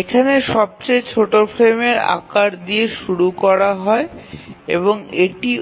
এখানে সবচেয়ে ছোট ফ্রেমের আকার দিয়ে শুরু করা হয় এবং এটি